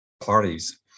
parties